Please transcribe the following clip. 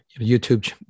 YouTube